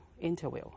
interview